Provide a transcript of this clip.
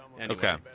okay